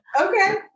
Okay